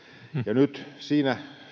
nyt siinä